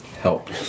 help